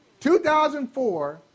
2004